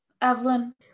Evelyn